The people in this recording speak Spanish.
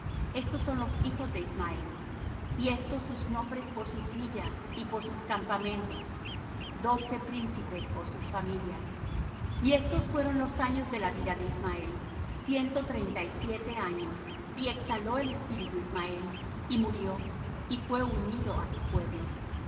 estos son los hijos de ismael y estos sus nombres por sus villas y por sus campamentos doce príncipes por sus familias y estos fueron los años de la vida de ismael ciento treinta y siete años y exhaló el espíritu ismael y murió y fué unido á su pueblo